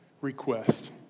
request